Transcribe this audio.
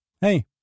hey